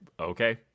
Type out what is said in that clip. Okay